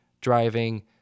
driving